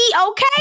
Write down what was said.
Okay